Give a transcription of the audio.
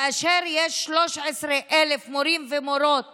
כאשר יש 13,000 מורים ומורות